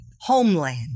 Homeland